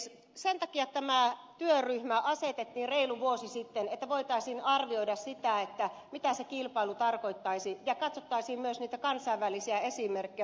sen takia tämä työryhmä asetettiin reilu vuosi sitten että voitaisiin arvioida sitä mitä se kilpailu tarkoittaisi ja katsottaisiin myös niitä kansainvälisiä esimerkkejä